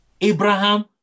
Abraham